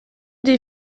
des